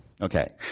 Okay